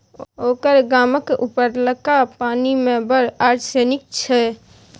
ओकर गामक उपरलका पानि मे बड़ आर्सेनिक छै